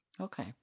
Okay